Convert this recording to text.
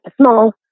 small